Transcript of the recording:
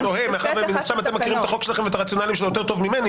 מאחר ואתם מכירים את החוק שלכם ואת הרציונל שלו טוב ממני.